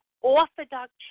orthodox